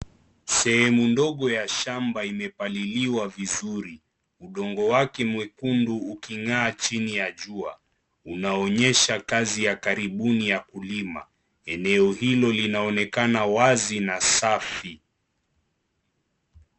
Sehemu ndogo ya shamba imepaliliwa vizuri. Udongo wake mwekundu uking'aa chini ya jua. Unaonyesha kazi ya karibuni ya kulima. Eneo hilo linaonekana wazi na safi.